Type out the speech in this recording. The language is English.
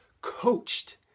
coached